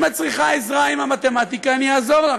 אם את צריכה עזרה עם המתמטיקה אני אעזור לך: